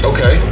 Okay